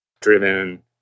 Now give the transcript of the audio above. driven